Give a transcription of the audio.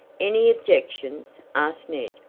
any objections? asked ned,